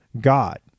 God